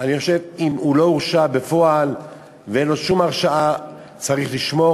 אני חושב שאם הוא לא הורשע בפועל ואין לו שום הרשעה צריך לשמור